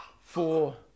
four